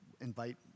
invite